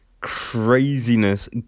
Craziness